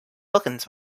wilkins